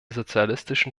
sozialistischen